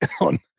on